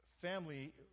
family